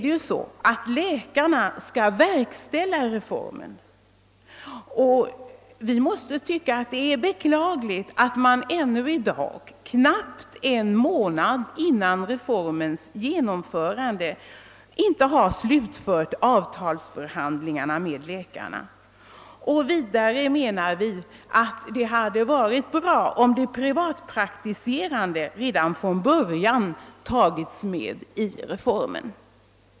Det är ju läkarna som skall verkställa reformen, och vi måste därför tycka att det är beklagligt att man ännu i dag, knappt en månad före reformens genomförande, inte har slutfört avtalsförhandlingarna med dem. Vidare menar vi att det hade varit bra om de privatpraktiserande läkarna redan från början hade tagits med i reformen.